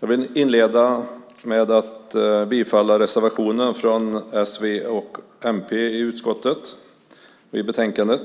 Jag vill inleda med att yrka bifall till reservationen från s, v och mp i utskottets betänkande.